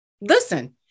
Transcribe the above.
listen